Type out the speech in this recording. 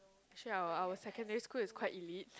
actually our our secondary school is quite elite